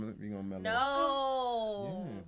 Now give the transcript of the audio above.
No